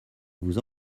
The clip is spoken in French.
vous